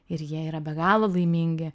ir jie yra be galo laimingi